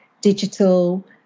digital